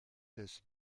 des